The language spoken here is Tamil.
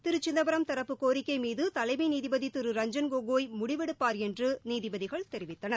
திரு சிதம்பரம் தரப்பு கோரிக்கை மீது தலைமை நீதிபதி திரு ரஞ்ஜன் கோகோய் முடிவெடுப்பார் என்று நீதிபதிகள் தெரிவித்தனர்